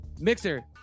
mixer